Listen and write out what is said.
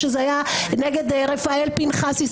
כשזה היה נגד רפאל פנחסי,